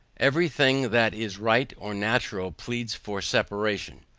every thing that is right or natural pleads for separation.